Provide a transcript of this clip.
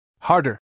Harder